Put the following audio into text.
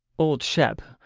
old shep,